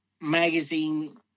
magazine